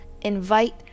invite